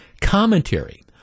Commentary